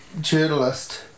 journalist